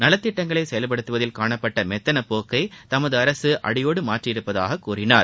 நலத்திட்டங்களை செயல்படுத்துவதில் காணப்பட்ட மெத்தனப்போக்கை தமது அரசு அடியோடு மாற்றியுள்ளதாக கூறினார்